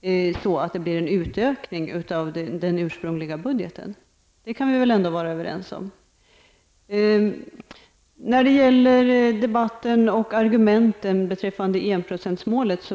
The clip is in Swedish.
blir det en utökning av den ursprungliga budgeten. Det kan vi vara överens om. Det börjar nu bli litet rundgång i debatten om argumenten beträffande enprocentsmålet.